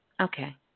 Okay